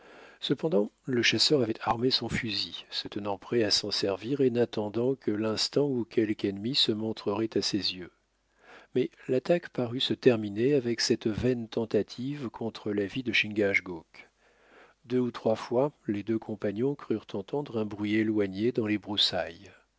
cependant le chasseur avait armé son fusil se tenant prêt à s'en servir et n'attendant que l'instant où quelque ennemi se montrerait à ses yeux mais l'attaque parut se terminer avec cette vaine tentative contre la vie de chingachgook deux ou trois fois les deux compagnons crurent entendre un bruit éloigné dans les broussailles